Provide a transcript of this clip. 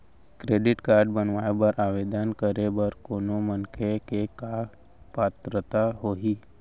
Credit card बनवाए बर आवेदन करे बर कोनो मनखे के का पात्रता होही?